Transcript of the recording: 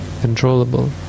controllable